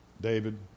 David